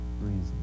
reason